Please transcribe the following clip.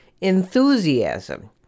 Enthusiasm